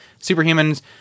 superhumans